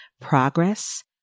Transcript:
progress